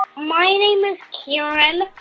my name is kieran.